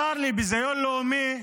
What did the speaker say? השר לביזיון לאומי,